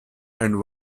and